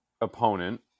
opponent